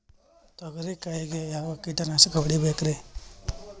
ತೊಗರಿ ಕಾಯಿಗೆ ಯಾವ ಕೀಟನಾಶಕ ಹೊಡಿಬೇಕರಿ?